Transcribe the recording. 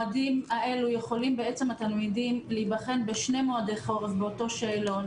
התלמידים יכולים להיבחן בשני מועדי חורף באותו שאלון